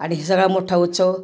आणि सगळा मोठा उत्सव